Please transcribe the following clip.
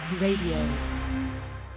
Radio